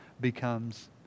becomes